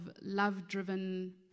love-driven